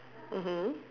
mmhmm